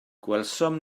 gwelsom